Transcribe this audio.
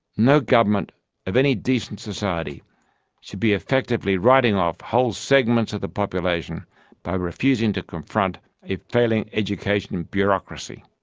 no government of any decent society should be effectively writing off whole segments of the population by refusing to confront a failing education bureaucracy.